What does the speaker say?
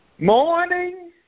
Morning